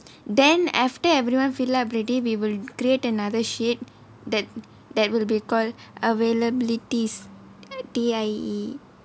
then after everyone fill up already we will create another sheet that that will be called availabilities T I E